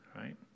right